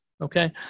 Okay